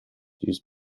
used